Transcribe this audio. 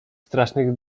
strasznych